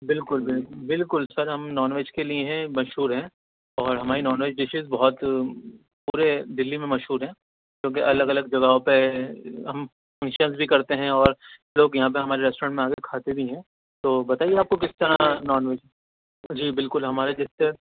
بالکل بالکل سر ہم نان ویج کے لیے ہی مشہور ہیں اور ہماری نان ویج ڈشیز بہت پورے دلی میں مشہور ہیں جو کہ الگ الگ جگہوں پہ ہم فنکشنز بھی کرتے ہیں اور لوگ یہاں پہ ہمارے ریسٹورینٹ میں آ کر کھاتے بھی ہیں تو بتائیے آپ کو کس طرح نان ویج جی بالکل ہمارے جیسے